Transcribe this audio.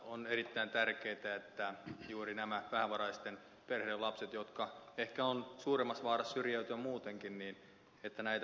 on erittäin tärkeätä että juuri nämä vähävaraisten perheiden lapset jotka ehkä ovat suurimmassa vaarassa syrjäytyä muutenkin että näitä pystyttäisiin tukemaan